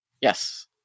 Yes